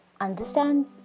understand